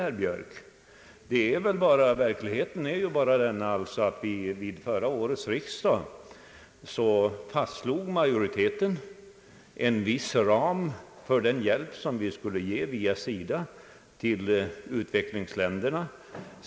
Herr Björk säger att mittenpartierna är i ett dilemma. Varför det, herr Björk? Verkligheten är den att under förra årets riksdag fastslog majoriteten en viss ram för den hjälp som vi skulle ge via SIDA till utvecklingsländerna.